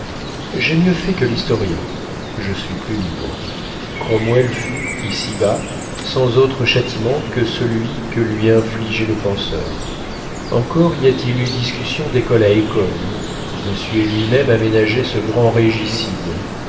j'ai mieux fait que l'historien je suis plus libre cromwell fut ici-bas sans autre châtiment que celui que lui infligeait le penseur encore y a-t-il eu discussion d'école à école bossuet lui-même a ménagé ce grand régicide